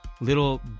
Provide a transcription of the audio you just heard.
Little